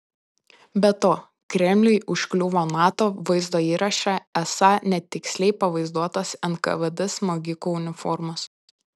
be to kremliui užkliuvo nato vaizdo įraše esą netiksliai pavaizduotos nkvd smogikų uniformos